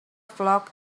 flock